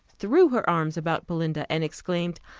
threw her arms about belinda, and exclaimed,